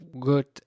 good